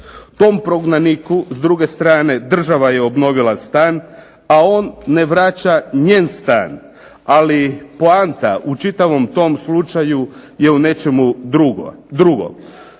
Tom prognaniku s druge strane država je obnovila stan, a on ne vraća njen stan. Ali poanta u čitavom tom slučaju je u nečemu drugom.